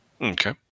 Okay